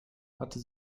hatte